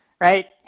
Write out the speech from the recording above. right